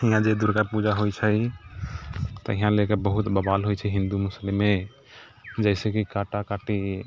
अपना जे दुर्गा पूजा होइ छै तऽ एहि लऽ कऽ बहुत बवाल होइ छै हिन्दू मुस्लिममे जइसे कि काटा काटि